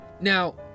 Now